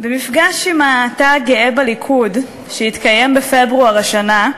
במפגש עם התא הגאה בליכוד, שהתקיים בפברואר השנה,